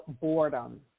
boredom